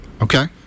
okay